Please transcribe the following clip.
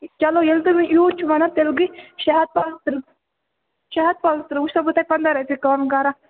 چلو ییٚلہِ تُہۍ وۄنۍ یوٗت چھُ وَنان تیٚلہِ گٔے شےٚ ہَتھ پانٛژھ تٕرٛہ شےٚ ہَتھ پانٛژھ تٕرٛہ وۄنۍ چھِسو بہٕ تۄہہِ پنٛداہ رۄپیہِ کَم کَران